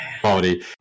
quality